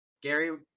Gary